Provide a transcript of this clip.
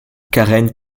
karen